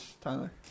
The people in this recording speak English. Tyler